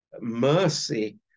mercy